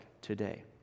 today